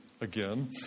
again